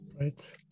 Right